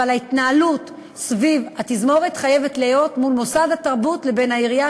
אבל ההתנהלות סביב התזמורת חייבת להיות מול מוסד התרבות לבין העירייה,